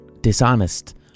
dishonest